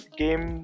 game